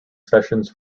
sessions